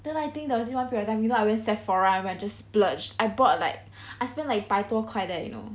then I think there was one period of time you know I went Sephora and just splurge I bought like I spent like 百多块 you know